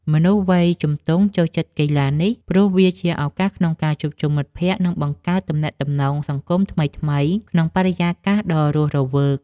មនុស្សវ័យជំទង់ចូលចិត្តកីឡានេះ ព្រោះវាជាឱកាសក្នុងការជួបជុំមិត្តភក្តិ និងបង្កើតទំនាក់ទំនងសង្គមថ្មីៗក្នុងបរិយាកាសដ៏រស់រវើក។